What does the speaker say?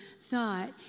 thought